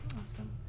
Awesome